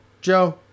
Joe